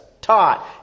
taught